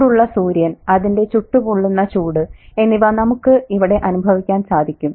ചൂടുള്ള സൂര്യൻ അതിന്റെ ചുട്ടുപൊള്ളുന്ന ചൂട് എന്നിവ നമുക്ക് ഇവിടെ അനുഭവിക്കാൻ സാധിക്കും